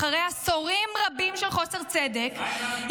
אחרי עשורים רבים של חוסר צדק,